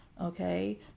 okay